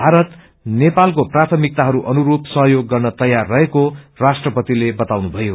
भात नेपालको प्राथमिकताहरू अनुस्र सहयोग गर्न तैयार रहेको राष्ट्रपतिले बताउनुथयो